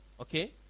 Okay